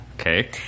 okay